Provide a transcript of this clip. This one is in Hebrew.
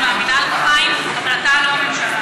אני מאמינה לך, חיים, אבל אתה לא הממשלה.